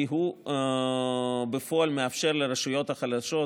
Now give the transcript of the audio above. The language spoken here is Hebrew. כי בפועל הוא מאפשר לרשויות החלשות,